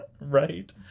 Right